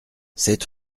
sept